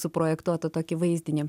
suprojektuotą tokį vaizdinį